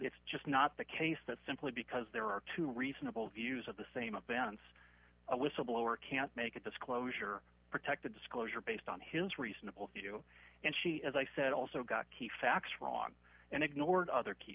it's just not the case that simply because there are two reasonable views of the same offense a whistleblower can't make a disclosure protected disclosure based on his reasonable view and she as i said also got key facts wrong and ignored other key